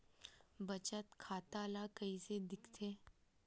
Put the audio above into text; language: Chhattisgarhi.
बचत खाता ला कइसे दिखथे?